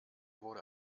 wurde